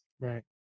Right